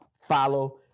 follow